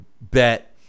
bet